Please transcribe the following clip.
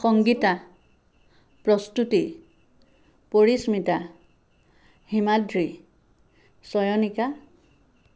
Sangeeta Prastuti Parismita Himadri Chayanika